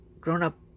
grown-up